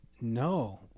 no